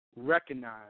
Recognize